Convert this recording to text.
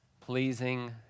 pleasing